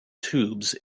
tubes